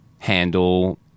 handle